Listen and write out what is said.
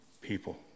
people